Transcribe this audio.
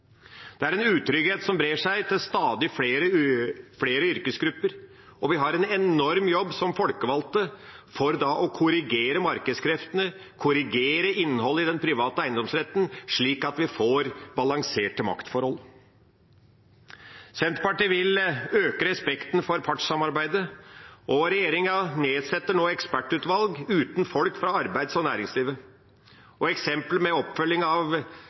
Det er en utrygghet som brer seg til stadig flere yrkesgrupper, og vi har en enorm jobb som folkevalgte i å korrigere markedskreftene, korrigere innholdet i den private eiendomsretten, slik at vi får balanserte maktforhold. Senterpartiet vil øke respekten for partssamarbeidet. Regjeringa nedsetter nå ekspertutvalg uten folk fra arbeids- og næringslivet. Oppfølging av tiltak fra «Enkelt å være seriøs» i bygg- og